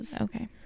Okay